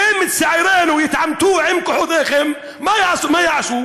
ואם צעירינו יתעמתו עם כוחותיכם, מה יעשו?